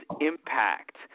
impact